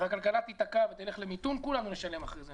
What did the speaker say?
והכלכלה תתקע ותלך למיתון, כולנו נשלם אחרי זה.